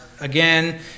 again